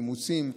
אימוצים,